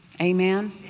Amen